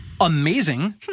amazing